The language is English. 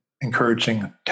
encouraging